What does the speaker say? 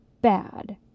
bad